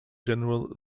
general